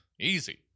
Easy